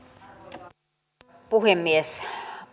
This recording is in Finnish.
arvoisa herra puhemies